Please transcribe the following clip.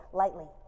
lightly